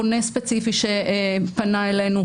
פונה ספציפי שפנה אלינו,